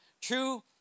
True